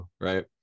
right